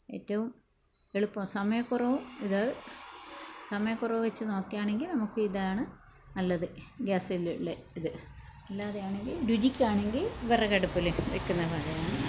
ഏറ്റവും എളുപ്പവും സമയക്കുറവും ഇത് സമയക്കുറവ് വെച്ച് നോക്കുകയാണെങ്കിൽ നമുക്കിതാണ് നല്ലത് ഗ്യാസ്സിലുള്ള ഇത് അല്ലാതെയാണെങ്കിൽ രുചിക്കാണെങ്കിൽ വിറകടുപ്പിൽ വെക്കുന്ന പാചകമാണ്